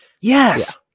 Yes